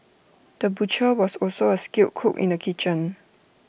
the butcher was also A skilled cook in the kitchen